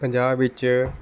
ਪੰਜਾਬ ਵਿੱਚ